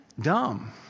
dumb